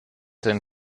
denn